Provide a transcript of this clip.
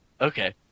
Okay